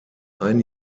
ein